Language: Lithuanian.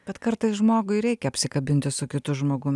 bet kartais žmogui reikia apsikabinti su kitu žmogum